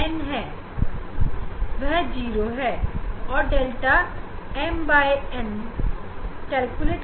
यहां 𝛿nn 𝛿mm दोनों ही शून्य के बराबर होंगे